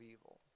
evil